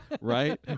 right